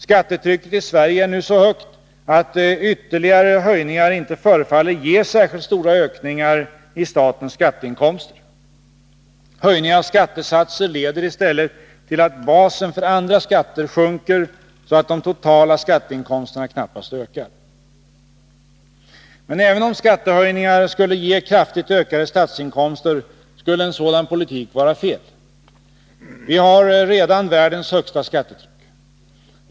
Skattetrycket i Sverige är nu så högt att ytterligare höjningar inte förefaller ge särskilt stora ökningar i statens skatteinkomster. Höjningar av skattesatser leder i stället till att basen för andra skatter sjunker, så att de totala skatteinkomsterna knappast ökar. Men även om skattehöjningar skulle ge kraftigt ökade statsinkomster, skulle en sådan politik vara fel. Vi har redan världens högsta skattetryck.